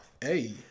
Hey